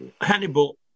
Hannibal